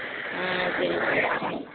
ஆ சரிங்க